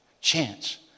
chance